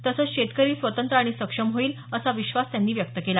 तसंच शेतकरी स्वतंत्र आणि सक्षम होईल असा विश्वास त्यांनी व्यक्त केला